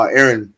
Aaron